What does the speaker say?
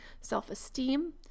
self-esteem